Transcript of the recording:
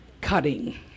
cutting